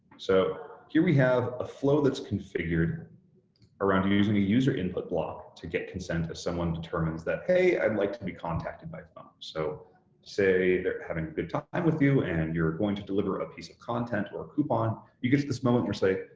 so, here we have a flow that's configured around using a user input block to get consent if someone determines that, hey, i'd like to be contacted by phone. so say you're having a good time with you and you're going to deliver a piece of content or a coupon, you get to this moment or say,